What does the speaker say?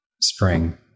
Spring